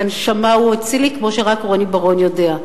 את הנשמה הוא הוציא לי כמו שרק רוני בר-און יודע.